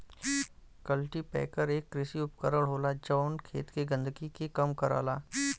cultipacker एक कृषि उपकरण होला जौन खेत के गंदगी के कम करला